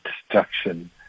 destruction